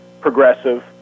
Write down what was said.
Progressive